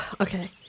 okay